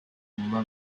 bulma